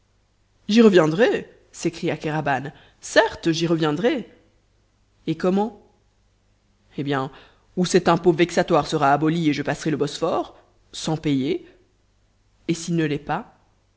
j'y reviendrai s'écria kéraban certes j'y reviendrai et comment eh bien ou cet impôt vexatoire sera aboli et je passerai le bosphore sans payer et s'il ne l'est pas